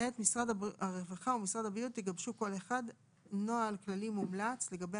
(ט) משרד הרווחה ומשרד הבריאות יגבשו כל אחד נוהל כללי מומלץ לגבי